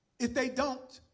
if they don't,